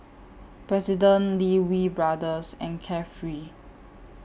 President Lee Wee Brothers and Carefree